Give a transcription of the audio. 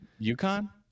UConn